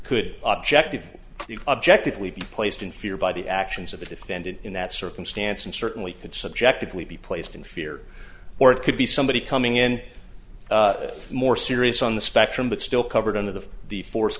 could objectively the objectively be placed in fear by the actions of the defendant in that circumstance and certainly could subjectively be placed in fear or it could be somebody coming in more serious on the spectrum but still covered under the the for